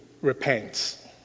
repents